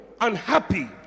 unhappy